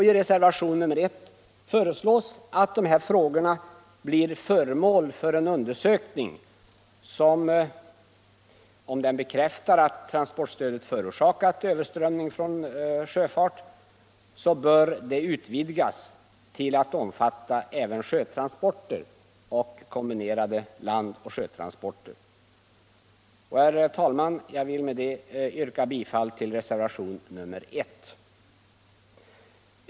I reservation nr 1 föreslås att de här frågorna blir föremål för en undersökning, som —- om den bekräftar att transportstödet förorsakat överströmning från sjöfart — bör leda till att det utvidgas till att omfatta även sjötransporter och kombinerade landoch sjötransporter. Herr talman! Jag vill med detta yrka bifall till reservationen 1.